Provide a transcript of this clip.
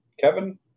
Kevin